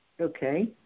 okay